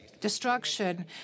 destruction